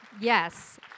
yes